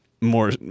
more